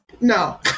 No